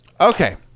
Okay